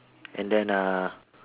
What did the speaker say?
and then uh